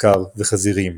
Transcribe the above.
בקר וחזירים.